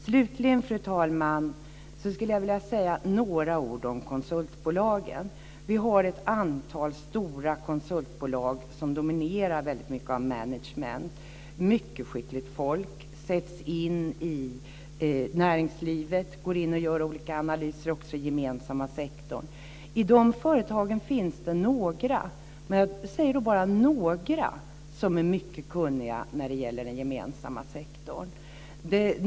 Slutligen, fru talman, skulle jag vilja säga några ord om konsultbolagen. Vi har ett antal stora konsultbolag som dominerar väldigt mycket av managementsektorn. Mycket skickligt folk sätts in i näringslivet. De går in och gör olika analyser, också inom den gemensamma sektorn. I dessa företag finns det några, jag säger bara några, som är mycket kunniga när det gäller den gemensamma sektorn.